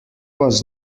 was